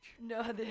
No